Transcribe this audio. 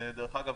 דרך אגב,